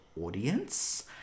audience